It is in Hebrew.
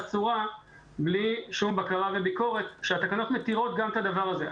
צורה בלי שום בקרה וביקורת כשהתקנות מתירות גם את הדבר הזה.